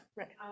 right